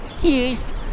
Yes